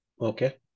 Okay